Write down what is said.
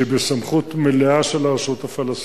שבסמכות מלאה של הרשות הפלסטינית.